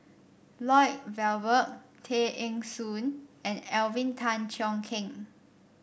Lloyd Valberg Tay Eng Soon and Alvin Tan Cheong Kheng